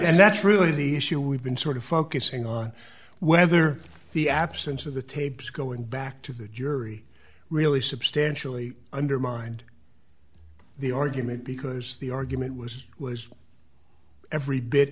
yes that's really the issue we've been sort of focusing on whether the absence of the tapes going back to the jury really substantially undermined the argument because the argument was was every bit